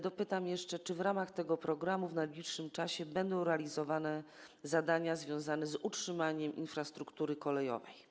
Dopytam jeszcze, czy w ramach tego programu w najbliższym czasie będą realizowane zadania związane z utrzymaniem infrastruktury kolejowej.